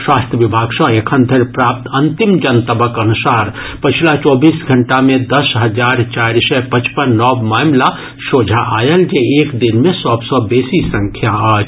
स्वास्थ्य विभाग सॅ एखनधरि प्राप्त अंतिम जनतबक अनुसार पछिला चौबीस घंटा मे दस हजार चारि सय पचपन नव मामिला सोझा आयल जे एक दिन मे सभ सॅ बेसी संख्या अछि